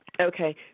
Okay